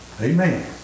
Amen